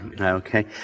Okay